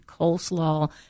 coleslaw